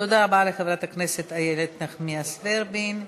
תודה רבה לחברת הכנסת איילת נחמיאס ורבין.